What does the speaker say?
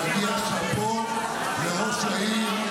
מגיע שאפו לראש העיר,